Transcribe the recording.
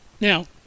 now